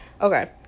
okay